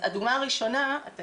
הדוגמא הראשונה היא